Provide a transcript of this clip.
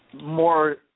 more